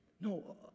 No